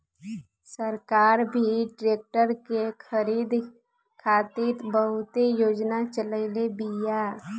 सरकार भी ट्रेक्टर के खरीद खातिर बहुते योजना चलईले बिया